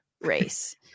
race